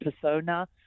persona